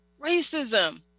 racism